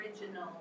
original